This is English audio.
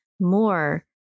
more